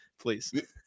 Please